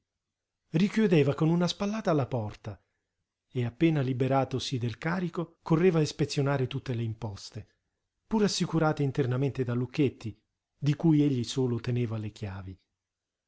richiudeva con una spallata la porta e appena liberatosi del carico correva a ispezionare tutte le imposte pur assicurate internamente da lucchetti di cui egli solo teneva le chiavi